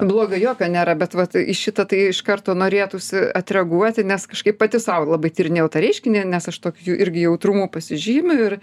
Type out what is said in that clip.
blogio jokio nėra bet vat į šitą tai iš karto norėtųsi atreaguoti nes kažkaip pati sau labai tyrinėjau tą reiškinį nes aš tokiu irgi jautrumu pasižymiu ir